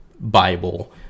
Bible